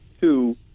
Two